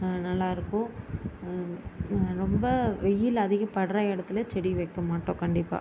நல்லா இருக்கும் ரொம்ப வெயில் அதிகம் படுகிற இடத்துல செடி வைக்க மாட்டோம் கண்டிப்பாக